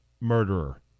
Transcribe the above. murderer